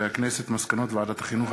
מסקנות ועדת החינוך,